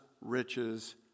riches